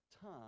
time